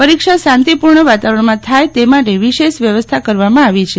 પરીક્ષા શાંતિપૂર્ણ વાતાવરણમાં થાય તે માટે વિશેષ વ્યવસ્થા કરવામાં આવી છે